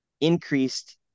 increased